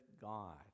God